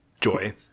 Joy